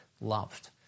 loved